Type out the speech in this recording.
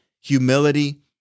humility